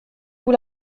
vous